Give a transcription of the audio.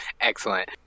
Excellent